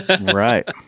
Right